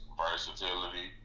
versatility